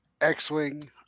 X-Wing